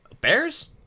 Bears